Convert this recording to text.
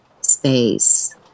space